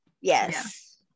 yes